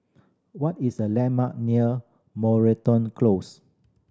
what is the landmark near Moreton Close